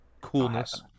coolness